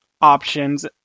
options